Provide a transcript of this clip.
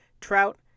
trout